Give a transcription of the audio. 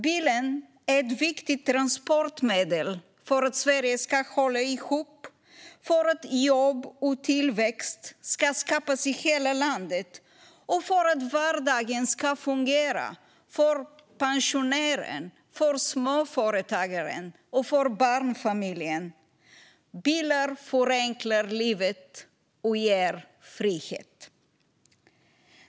Bilen är ett viktigt transportmedel för att Sverige ska hålla ihop, för att jobb och tillväxt ska skapas i hela landet och för att vardagen ska fungera för pensionären, småföretagaren och barnfamiljen. Bilen förenklar livet och ger frihet.